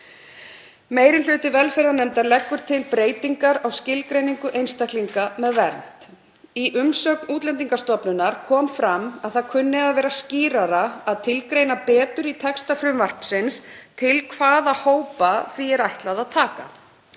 Meiri hluti velferðarnefndar leggur til breytingar á skilgreiningu einstaklinga með vernd. Í umsögn Útlendingastofnunar kemur fram að það kunni að vera skýrara að tilgreina betur í texta frumvarpsins til hvaða hópa því er ætlað að taka.